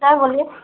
हाँ बोलिए